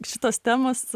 šitos temos